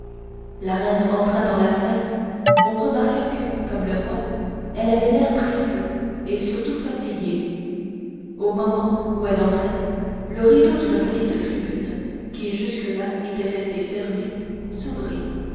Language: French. la reine entra dans la salle on remarqua que comme le roi elle avait l'air triste et surtout fatigué au moment où elle entrait le rideau d'une petite tribune qui jusque-là était resté fermé s'ouvrit